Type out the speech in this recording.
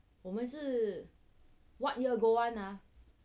我们是 what year go one ah